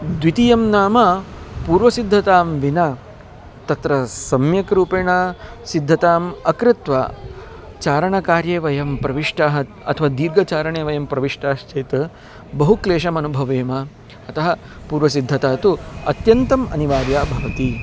द्वितीयं नाम पूर्वसिद्धतां विना तत्र सम्यक्रूपेण सिद्धताम् अकृत्वा चारणकार्ये वयं प्रविष्टाः अथवा दीर्घचारणे वयं प्रविष्टाश्चेत् बहु क्लेशम् अनुभवेम अतः पूर्वसिद्धता तु अत्यन्तम् अनिवार्या भवति